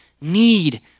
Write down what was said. need